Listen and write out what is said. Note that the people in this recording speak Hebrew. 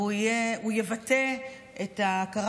והוא יבטא את ההכרה